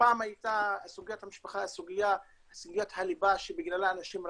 פעם הייתה סוגיית המשפחה סוגיית הליבה שבגללה אנשים רבים,